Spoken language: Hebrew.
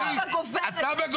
בכל זאת תומר